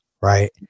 right